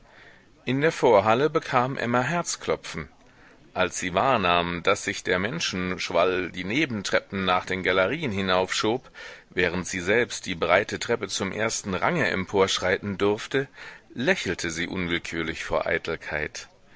in der vorhalle bekam emma herzklopfen als sie wahrnahm daß sich der menschenschwall die nebentreppen nach den galerien hinaufschob während sie selbst die breite treppe zum ersten range emporschreiten durfte lächelte sie unwillkürlich vor eitelkeit